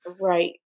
right